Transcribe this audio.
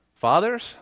Fathers